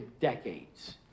decades